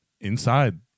inside